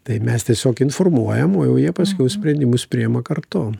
tai mes tiesiog informuojam o jau jie paskiau sprendimus priema kartu